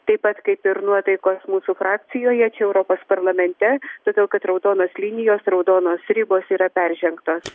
taip pat kaip ir nuotaikos mūsų frakcijoje čia europos parlamente todėl kad raudonos linijos raudonos ribos yra peržengtos